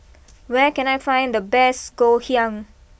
where can I find the best Ngoh Hiang